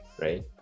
right